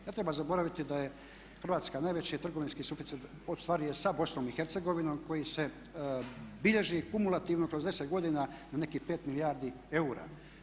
Ne treba zaboraviti da Hrvatska najveći trgovinski suficit ostvaruje sa BiH koji se bilježi kumulativno kroz 10 godina na nekih 5 milijardi eura.